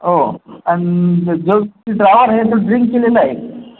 हो आणि जो ड्रायवर आहे तो ड्रिंक केलेला आहे